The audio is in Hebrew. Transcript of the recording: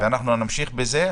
ואנחנו נמשיך בזה.